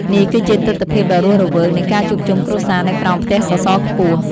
នេះគឺជាទិដ្ឋភាពដ៏រស់រវើកនៃការជួបជុំគ្រួសារនៅក្រោមផ្ទះសសរខ្ពស់។